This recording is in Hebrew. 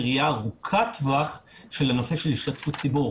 ראייה ארוכת טווח של השתתפות ציבור.